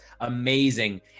amazing